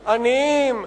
עניים,